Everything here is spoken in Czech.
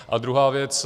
A druhá věc.